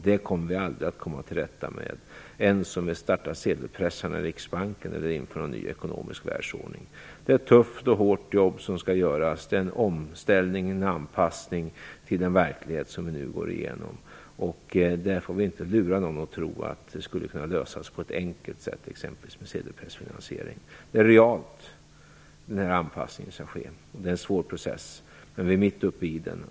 Det kommer vi aldrig att komma till rätta med - inte ens om vi startar sedelpressarna i Riksbanken eller inför en ny ekonomisk världsordning. Det är ett tufft och hårt jobb som skall göras. Det är en omställning och en anpassning till verkligheten som vi nu går igenom. Vi får inte lura någon att tro att det skulle kunna lösas på ett enkelt sätt, exempelvis med sedelpressfinansiering. Den anpassning som sker är real. Det är en svår process, men vi är mitt uppe i den.